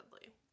deadly